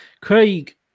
Craig